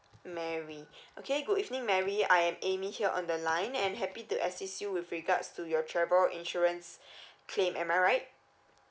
mary okay good evening mary I am amy here on the line and happy to assist you with regards to your travel insurance claim am I right